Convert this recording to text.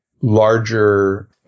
larger